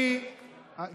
לא נכון.